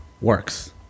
works